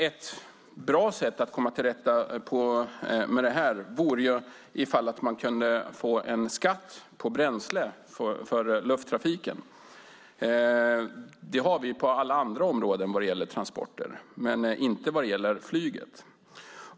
Ett bra sätt att komma till rätta med detta vore om man kunde få en skatt på bränsle för lufttrafiken. Det har vi på alla andra områden vad gäller transporter, men inte vad gäller flyget.